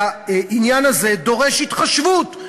והעניין הזה דורש התחשבות.